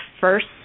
first